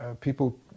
People